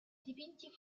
dipinti